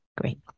Great